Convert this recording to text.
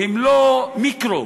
לא מיקרו,